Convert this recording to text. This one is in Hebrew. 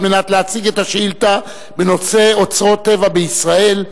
על מנת להציג את השאילתא בנושא אוצרות טבע בישראל.